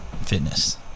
fitness